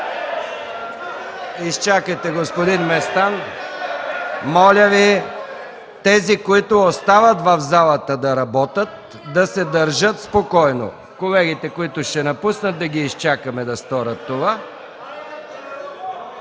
Изчакайте, господин Местан. Моля тези, които остават в залата да работят, да се държат спокойно. А колегите, които ще напуснат, да изчакаме да сторят това.